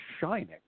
shining